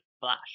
Flash